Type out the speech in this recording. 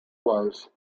was